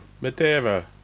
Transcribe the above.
Madeira